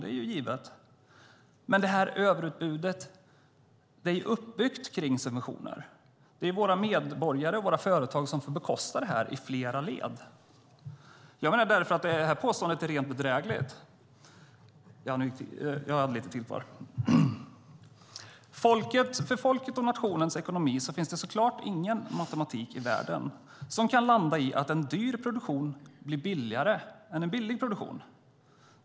Det är givet, men det här överutbudet är uppbyggt kring subventioner. Det är våra medborgare och våra företag som får bekosta detta i flera led. Jag menar därför att det här påståendet är rent bedrägligt. När det gäller folkets och nationens ekonomi finns det så klart ingen matematik i världen som kan landa i att en dyr produktion blir billigare än en billig produktion.